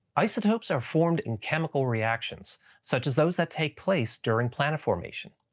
isotopes are formed in chemical reactions such as those that take place during planet formation.